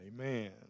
Amen